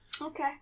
Okay